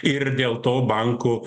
ir dėl to bankų